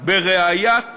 בראיית